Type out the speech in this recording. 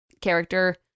character